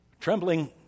Trembling